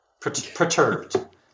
Perturbed